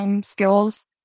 skills